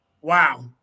wow